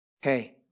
hey